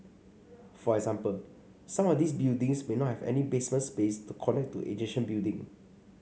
for example some of these buildings may not have any basement space to connect to adjacent building